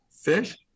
fish